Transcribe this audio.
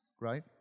right